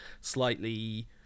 slightly